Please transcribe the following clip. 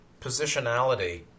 positionality